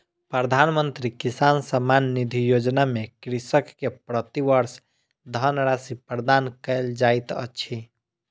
प्रधानमंत्री किसान सम्मान निधि योजना में कृषक के प्रति वर्ष धनराशि प्रदान कयल जाइत अछि